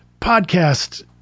podcast